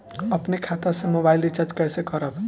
अपने खाता से मोबाइल रिचार्ज कैसे करब?